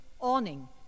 awning